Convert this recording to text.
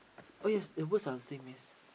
oh yes the words are the same maze